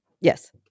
Yes